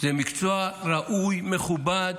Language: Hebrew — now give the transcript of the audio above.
זה מקצוע ראוי ומכובד,